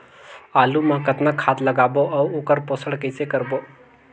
आलू मा कतना खाद लगाबो अउ ओकर पोषण कइसे करबो?